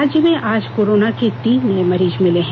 राज्य में आज कोरोना के तीन नये मरीज मिले हैं